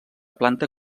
planta